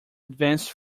advanced